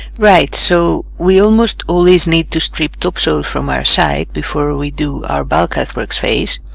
right, so we almost always need to strip topsoil from our site before we do our bulk earthworks phase,